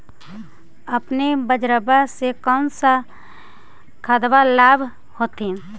अपने बजरबा से कौन सा खदबा लाब होत्थिन?